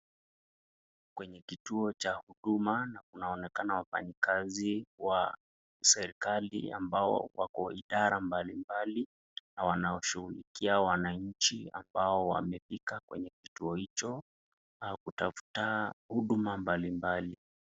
Kwenye kituo cha huduma na kunaonekana wafanyikazi wa serikali ambao wako idara mbalimbali na wanaoshughulikia wananchi ambao wamefika kwenye kituo hicho kutafuta huduma mbalimbali.